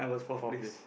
four place